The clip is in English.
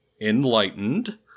enlightened